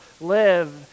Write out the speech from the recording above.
live